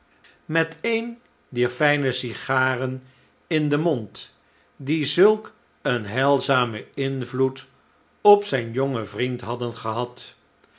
met een dier fljne sigaren in den mond die zulk een heilzamen invloed op zijn jongen vriend hadden gehad